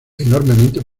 enormemente